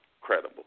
credible